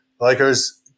Lakers –